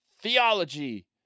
theology